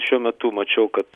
šiuo metu mačiau kad